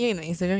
你还问